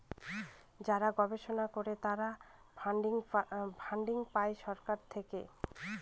যারা গবেষণা করে তারা ফান্ডিং পাই সরকার থেকে